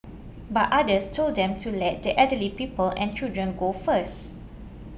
but others told them to let the elderly people and children go first